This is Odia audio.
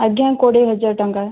ଆଜ୍ଞା କୋଡ଼ିଏ ହଜାର ଟଙ୍କା